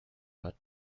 but